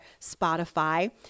Spotify